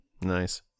Nice